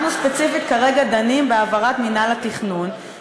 אנחנו כרגע דנים ספציפית בהעברת מינהל התכנון,